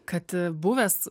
kad buvęs